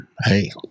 hey